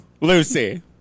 Lucy